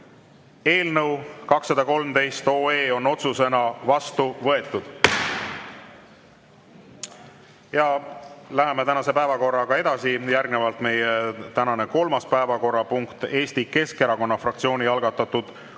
Eelnõu 213 on otsusena vastu võetud. Läheme tänase päevakorraga edasi. Järgnevalt meie tänane kolmas päevakorrapunkt: Eesti Keskerakonna fraktsiooni algatatud puuetega